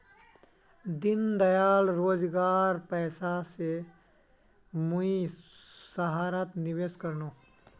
दीनदयाल योजनार पैसा स मुई सहारात निवेश कर नु